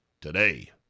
today